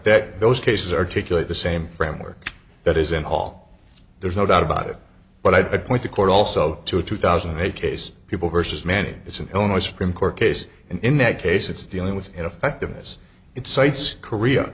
that those cases articulate the same framework that is in all there's no doubt about it but i point the court also to a two thousand and eight case people versus manning it's an illinois supreme court case and in that case it's dealing with ineffectiveness it cites korea